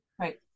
Right